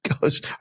goes